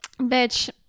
Bitch